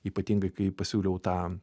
ypatingai kai pasiūliau tą